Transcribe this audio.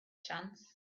chance